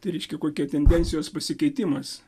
tai reiškia kokia tendencijos pasikeitimas